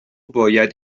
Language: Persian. باید